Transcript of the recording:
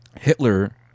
Hitler